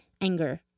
anger